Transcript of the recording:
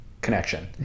connection